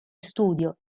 studio